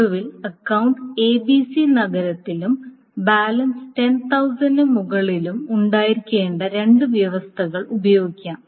ഒടുവിൽ account ABC നഗരത്തിലും balance 10000 മുകളിലും ഉണ്ടായിരിക്കേണ്ട രണ്ട് വ്യവസ്ഥകൾ ഉപയോഗിക്കാം